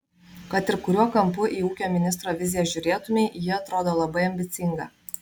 kad ir kuriuo kampu į ūkio ministro viziją žiūrėtumei ji atrodo labai ambicinga